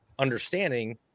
understanding